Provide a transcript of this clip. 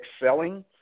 excelling